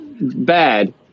bad